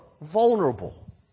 vulnerable